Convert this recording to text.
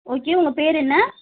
okay உங்கள் பேர் என்ன